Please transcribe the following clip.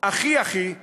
הכי-הכי מבחינתנו.